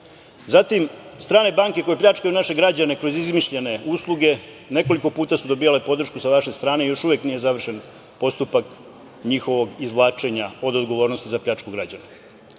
Zatim, strane banke koje pljačkaju naše građane kroz izmišljene usluge. Nekoliko puta su dobijale podršku sa vaše strane i još uvek nije završen postupak njihovog izvlačenja od odgovornosti za pljačku građana. Na